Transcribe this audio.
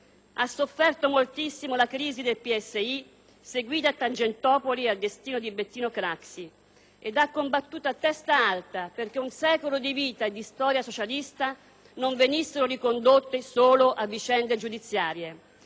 Ha sofferto moltissimo la crisi del PSI seguita a Tangentopoli e al destino di Bettino Craxi e ha combattuto a testa alta perché un secolo di vita e di storia socialista non venissero ricondotte solo a vicende giudiziarie.